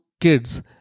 kids